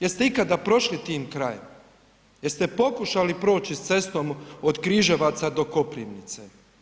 Jeste ikada prošli tim krajem, jeste pokušali proći s cestom od Križevaca do Koprivnice?